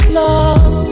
love